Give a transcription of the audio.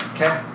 Okay